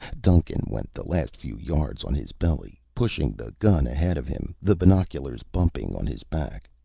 duncan went the last few yards on his belly, pushing the gun ahead of him, the binoculars bumping on his back.